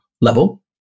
level